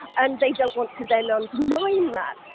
and they don't want to then undermine that.